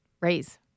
raise